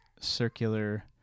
circular